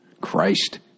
Christ